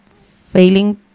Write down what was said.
failing